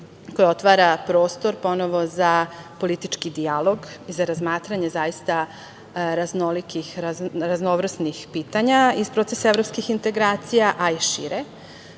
koja otvara prostor ponovo za politički dijalog i za razmatranje zaista raznovrsnih pitanja iz procesa evropskih integracija, a i šire. Kroz